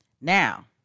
Now